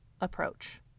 approach